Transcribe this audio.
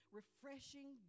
refreshing